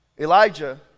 Elijah